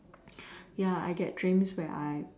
ya I get dreams where I